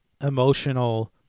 emotional